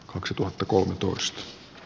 kaksituhatta kulutus